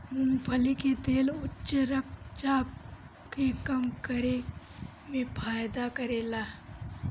मूंगफली के तेल उच्च रक्त चाप के कम करे में फायदा करेला